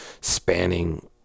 spanning